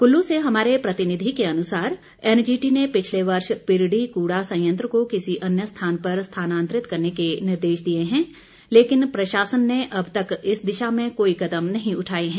कुल्लू से हमारे प्रतिनिधि के अनुसार एनजीटी ने पिछले वर्ष पिरडी कूड़ा संयंत्र को किसी अन्य स्थान पर स्थानांतरित करने के निर्देश दिए हैं लेकिन प्रशासन ने अब तक इस दिशा में कोई कदम नहीं उठाए हैं